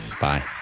bye